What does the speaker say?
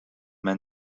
man